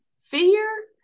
fear